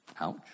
Ouch